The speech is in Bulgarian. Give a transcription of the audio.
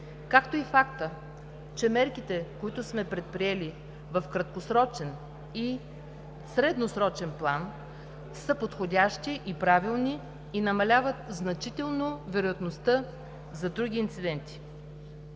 както и факта, че мерките, които сме предприели в краткосрочен и средносрочен план, са подходящи и правилни, и намаляват значително вероятността за други инциденти.